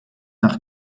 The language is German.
nach